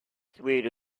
swayed